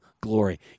glory